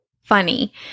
funny